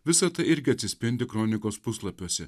visa tai irgi atsispindi kronikos puslapiuose